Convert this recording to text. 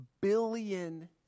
billion